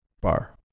bar